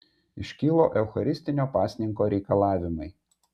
iškilo eucharistinio pasninko reikalavimai